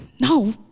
no